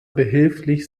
behilflich